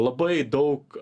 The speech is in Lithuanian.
labai daug